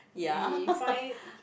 we find